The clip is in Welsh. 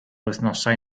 wythnosau